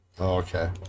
Okay